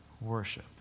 Worship